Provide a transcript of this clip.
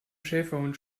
schäferhund